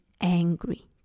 angry